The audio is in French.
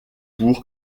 pour